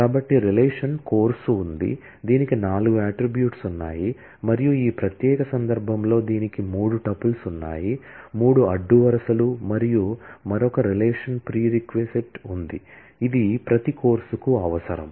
కాబట్టి relation course ఉంది దీనికి నాలుగు అట్ట్రిబ్యూట్స్ ఉన్నాయి మరియు ఈ ప్రత్యేక సందర్భంలో దీనికి మూడు టుపుల్స్ ఉన్నాయి మూడు అడ్డు వరుసలు మరియు మరొక రిలేషన్ ప్రిరెక్ ఉంది ఇది ప్రతి కోర్సుకు అవసరం